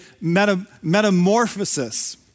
metamorphosis